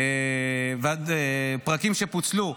ופרקים שפוצלו,